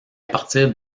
partir